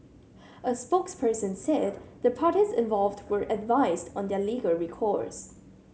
a spokesperson said the parties involved were advised on their legal recourse